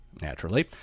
naturally